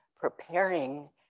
preparing